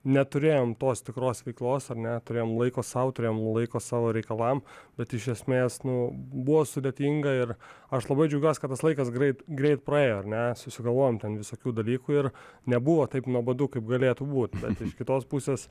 neturėjom tos tikros veiklos ar ne turėjom laiko sau turėjom laiko savo reikalam bet iš esmės nu buvo sudėtinga ir aš labai džiaugiuos kad tas laikas greit greit praėjo ar ne susigalvojom ten visokių dalykų ir nebuvo taip nuobodu kaip galėtų būt bet iš kitos pusės